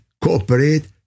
cooperate